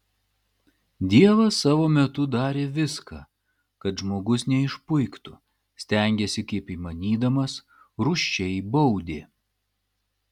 dievas savo metu darė viską kad žmogus neišpuiktų stengėsi kaip įmanydamas rūsčiai baudė